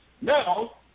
Now